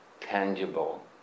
tangible